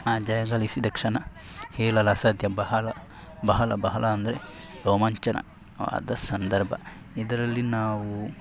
ಆ ಜಯಗಳಿಸಿದ ಕ್ಷಣ ಹೇಳಲಸಾಧ್ಯ ಬಹಳ ಬಹಳ ಬಹಳ ಅಂದರೆ ರೋಮಾಂಚನ ಆದ ಸಂದರ್ಭ ಇದರಲ್ಲಿ ನಾವು